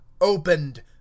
opened